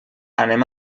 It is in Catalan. anem